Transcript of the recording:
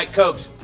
like cobes?